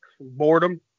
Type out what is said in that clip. boredom